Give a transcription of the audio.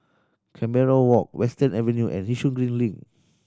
Canberra Walk Western Avenue and Yishun Green Link